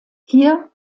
hier